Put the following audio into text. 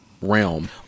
realm